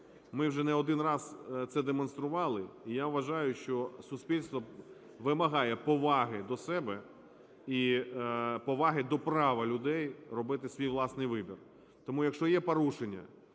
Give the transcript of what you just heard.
Ми вже не один раз це демонстрували і я вважаю, що суспільство вимагає поваги до себе і поваги до права людей робити свій власний вибір. Тому, якщо є порушення,